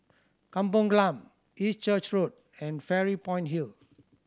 Kampong Glam East Church Road and Fairy Point Hill